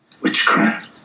Witchcraft